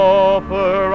offer